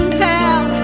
hell